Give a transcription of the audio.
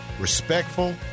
respectful